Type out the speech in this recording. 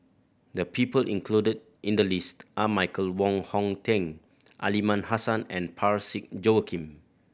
the people included in the list are Michael Wong Hong Teng Aliman Hassan and Parsick Joaquim